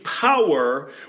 power